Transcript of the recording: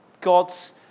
God's